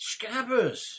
Scabbers